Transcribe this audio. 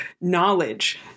knowledge